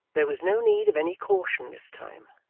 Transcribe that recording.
there was no need of any caution this time,